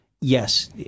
yes